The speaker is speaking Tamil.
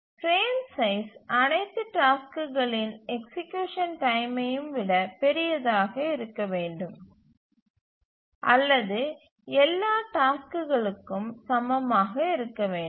பிரேம் சைஸ் அனைத்து டாஸ்க்குகளின் எக்சீக்யூசன் டைமையும் விட பெரியதாக இருக்க வேண்டும் அல்லது எல்லா டாஸ்க்களுக்கும் சமமாக இருக்க வேண்டும்